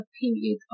period